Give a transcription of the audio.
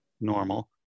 normal